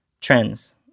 trends